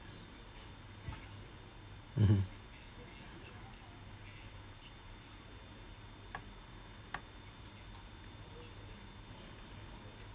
mmhmm